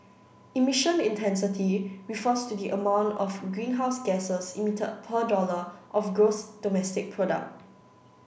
emission intensity refers to the amount of greenhouse gasses emitted per dollar of gross domestic product